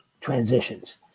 transitions